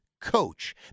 coach